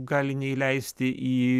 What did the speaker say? gali neįleisti į